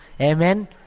Amen